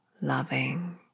loving